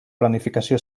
planificació